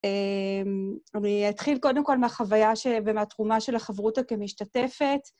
אני אתחיל קודם כל מהחוויה ומהתרומה של החברותא כמשתתפת.